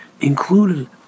Included